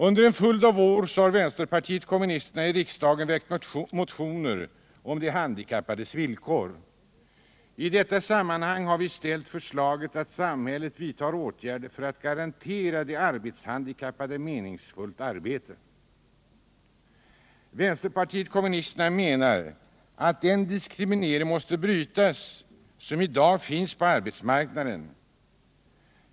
Under en följd av år har vänsterpartiet kommunisterna i riksdagen väckt motioner om de handikappades villkor. I detta sammanhang har vi ställt förslaget att samhället vidtar åtgärder för att garantera de arbetshandikappade meningsfullt arbete. Vpk menar att den diskriminering måste brytas som i dag finns på arbetsmarknaden.